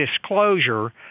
disclosure